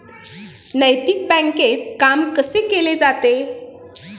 नैतिक बँकेत काम कसे केले जाते?